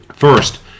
First